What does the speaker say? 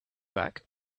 back